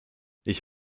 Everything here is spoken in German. ich